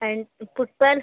and football